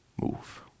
move